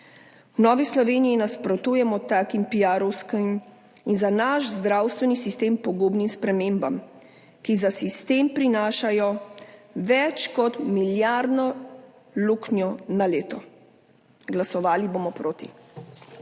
V Novi Sloveniji nasprotujemo takim piarovskim in za naš zdravstveni sistem pogubnim spremembam, ki za sistem prinašajo več kot milijardno luknjo na leto. Glasovali bomo proti.